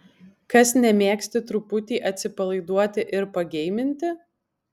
kas nemėgsti truputį atsipalaiduoti ir pageiminti